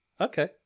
Okay